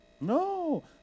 No